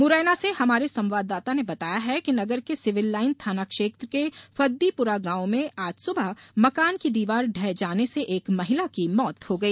मुरैना से हमारे संवाददाता ने बताया है कि नगर के सिविल लाइन थाना क्षेत्र के फददीपुरा गांव में आज सुबह मकान की दीवार ढह जाने से एक महिला की मौत हो गई